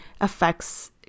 affects